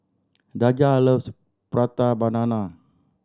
Daja loves Prata Banana